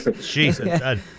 Jesus